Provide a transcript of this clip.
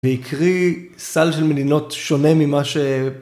בעקרי סל של מדינות שונה ממה ש...